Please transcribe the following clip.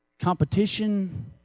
competition